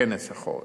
כנס החורף.